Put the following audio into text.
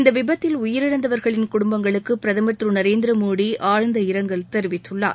இந்த விபத்தில் உயிரிழந்தவர்களின் குடும்பங்களுக்கு பிரதமர் திரு நரேந்திர மோடி ஆழ்ந்த இரங்கல் தெரிவித்துள்ளார்